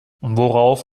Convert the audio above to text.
worauf